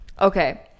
Okay